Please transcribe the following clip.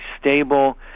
stable